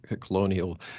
colonial